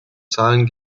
zahlen